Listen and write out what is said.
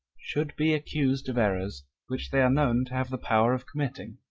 should be accused of errors which they are known to have the power of committing.